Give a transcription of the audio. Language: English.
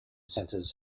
centers